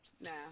No